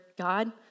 God